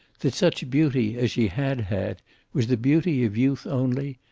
that such beauty as she had had was the beauty of youth only,